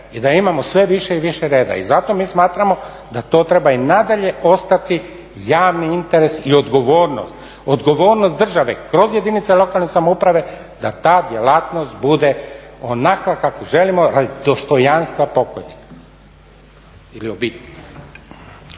I da imamo sve više i više reda. I zato mi smatramo da to treba i nadalje ostati javni interes i odgovornost. Odgovornost države kroz jedinice lokalne samouprave da ta djelatnost bude onakva kakvu želimo radi dostojanstva pokojnika ili obitelji.